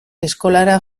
eskolara